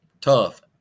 tough